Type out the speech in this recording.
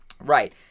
Right